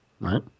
Right